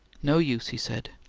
no use, he said.